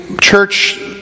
church